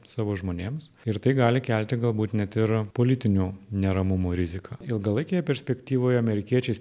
savo žmonėms ir tai gali kelti galbūt net ir politinių neramumų riziką ilgalaikėje perspektyvoje amerikiečiai